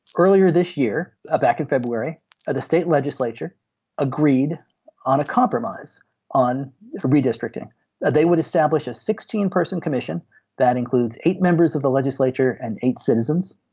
earlier this year ah back in and february ah the state legislature agreed on a compromise on redistricting that they would establish a sixteen person commission that includes eight members of the legislature and eight citizens.